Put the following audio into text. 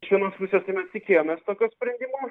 iš vienos pusės tai mes tikėjomės tokio sprendimo